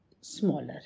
smaller